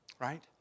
right